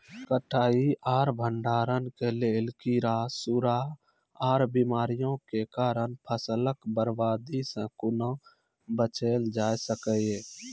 कटाई आर भंडारण के लेल कीड़ा, सूड़ा आर बीमारियों के कारण फसलक बर्बादी सॅ कूना बचेल जाय सकै ये?